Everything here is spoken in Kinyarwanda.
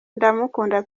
ndamukunda